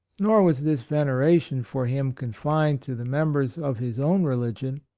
nor was this veneration for him con fined to the members of his own religion,